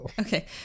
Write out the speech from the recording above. Okay